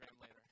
later